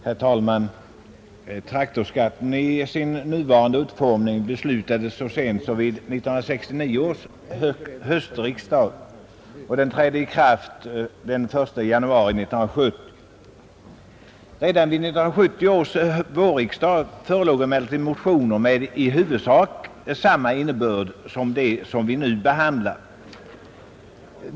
Herr talman! Traktorskatten i sin nuvarande utformning beslöts så sent som vid 1969 års höstriksdag och trädde i kraft den 1 januari 1970. Redan vid 1970 års vårriksdag väcktes en del motioner med samma innebörd som de motioner vi nu behandlar.